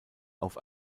auf